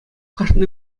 кашни